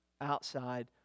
outside